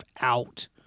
out